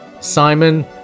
Simon